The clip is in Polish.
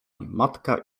matka